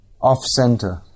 off-center